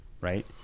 right